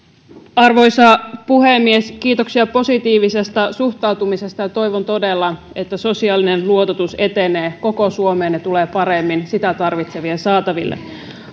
arvoisa puhemies kiitoksia positiivisesta suhtautumisesta toivon todella että sosiaalinen luototus etenee koko suomeen ja tulee paremmin sitä tarvitsevien saataville